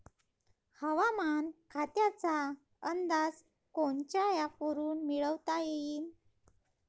हवामान खात्याचा अंदाज कोनच्या ॲपवरुन मिळवता येईन?